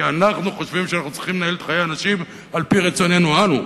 כי אנחנו חושבים שאנחנו צריכים לנהל את חיי האנשים על-פי רצוננו אנו.